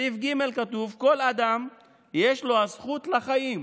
בסעיף ג' כתוב: "כל אדם יש לו הזכות לחיים,